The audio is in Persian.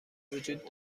وجود